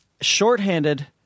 shorthanded